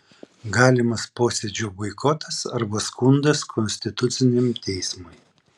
galimas posėdžio boikotas arba skundas konstituciniam teismui